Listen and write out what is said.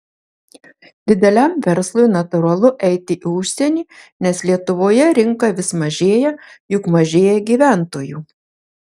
dideliam verslui natūralu eiti į užsienį nes lietuvoje rinka vis mažėja juk mažėja gyventojų